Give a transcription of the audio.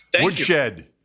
woodshed